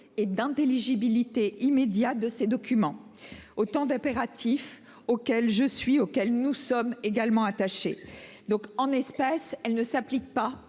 et d'intelligibilité immédiat de ces documents. Autant d'impératifs auxquels je suis auquel nous sommes également attachés donc en espèces. Elle ne s'applique pas